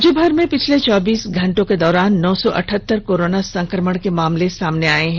राज्यभर में पिछले चौबीस घंटे के दौरान नौ सौ अठहतर कोरोना संक्रमण के मामले आये हैं